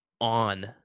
on